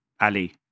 Ali